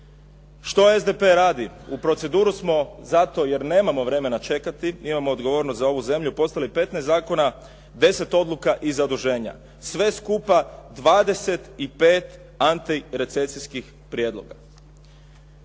Što SDP radi? U proceduru smo zato jer nemamo vremena čekati, mi imamo odgovornost za ovu zemlju, poslali 15 zakona, 10 odluka i zaduženja. Sve skupa, 25 antirecesijskih prijedloga.